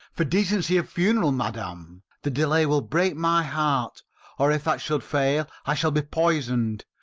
for decency of funeral, madam! the delay will break my heart or if that should fail, i shall be poisoned.